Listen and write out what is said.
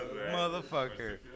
Motherfucker